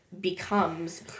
Becomes